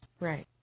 Right